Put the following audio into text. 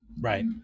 Right